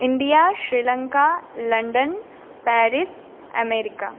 India Sri Lanka London Paris America